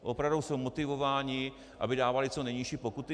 Opravdu jsou motivovány, aby dávaly co nejnižší pokuty?